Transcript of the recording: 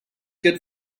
good